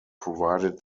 provided